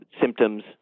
symptoms